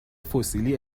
فسیلی